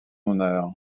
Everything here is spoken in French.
honneur